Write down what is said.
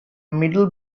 middle